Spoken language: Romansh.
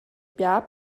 bia